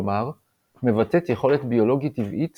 כלומר - מבטאת יכולת ביולוגית טבעית